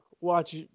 watch